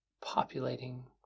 populating